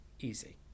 easy